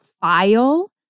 file